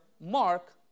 mark